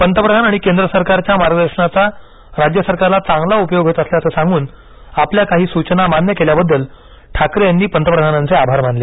पंतप्रधान आणि केंद्र सरकारच्या मार्गदर्शनाचा राज्य सरकारला चांगला उपयोग होत असल्याचं सांगून आपल्या काही सूचना मान्य केल्याबद्दल ठाकरे यांनी पंतप्रधानांचे आभार मानले